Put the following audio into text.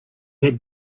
had